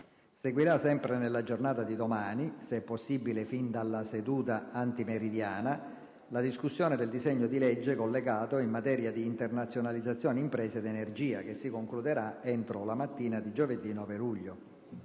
Seguirà, sempre nella giornata di domani - se possibile fin dalla seduta antimeridiana - la discussione del disegno di legge collegato in materia di internazionalizzazione imprese ed energia, che si concluderà entro la mattina di giovedì 9 luglio.